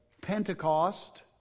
Pentecost